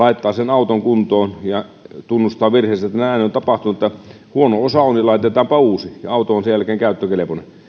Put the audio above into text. laittaa sen auton kuntoon ja tunnustaa virheensä sen että näin on tapahtunut että huono osa oli ja laitetaanpa uusiksi ja auto on sen jälkeen käyttökelpoinen